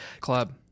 Club